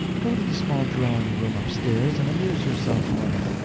go to the small drawing-room up-stairs and amuse yourself a moment.